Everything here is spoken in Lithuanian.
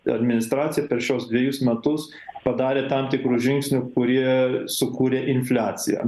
administracija per šiuos dvejus metus padarė tam tikrų žingsnių kurie sukūrė infliaciją